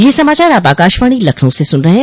ब्रे क यह समाचार आप आकाशवाणी लखनऊ से सुन रहे हैं